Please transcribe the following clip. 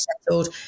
settled